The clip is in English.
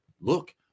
look